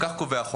כך קובע החוק.